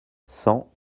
cent